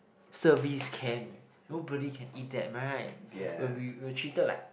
service camp eh nobody can eat that am I right were we we were treated like